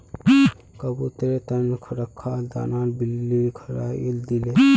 कबूतरेर त न रखाल दाना बिल्ली बिखरइ दिले